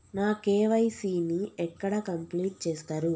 నా కే.వై.సీ ని ఎక్కడ కంప్లీట్ చేస్తరు?